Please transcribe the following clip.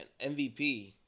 MVP